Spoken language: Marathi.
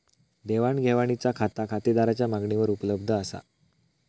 देवाण घेवाणीचा खाता खातेदाराच्या मागणीवर उपलब्ध असा